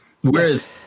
Whereas